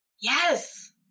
Yes